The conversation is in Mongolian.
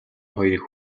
хоёрыг